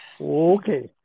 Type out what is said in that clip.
Okay